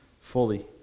fully